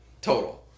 Total